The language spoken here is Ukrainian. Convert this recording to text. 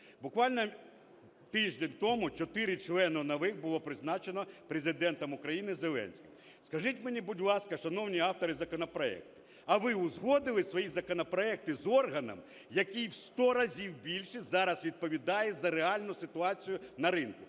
Буквально тиждень тому чотири члени нових було призначено Президентом України Зеленським. Скажіть мені, будь ласка, шановні автори законопроекту, а ви узгодили свої законопроекти з органом, який в 100 разів більше зараз відповідає за реальну ситуацію на ринку.